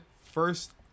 first